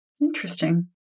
Interesting